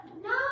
No